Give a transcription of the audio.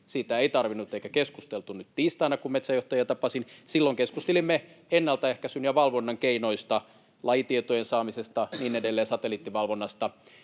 Siitä ei tarvinnut keskustella eikä keskusteltu nyt tiistaina, kun metsäjohtajia tapasin. Silloin keskustelimme ennaltaehkäisyn ja valvonnan keinoista, lajitietojen saamisesta, satelliittivalvonnasta